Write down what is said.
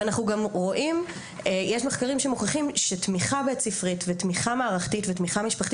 יש מחקרים שמוכיחים שתמיכה בית ספרית ותמיכה מערכתית ותמיכה משפחתית